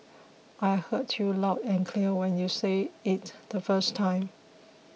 I heard you loud and clear when you said it the first time